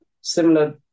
similar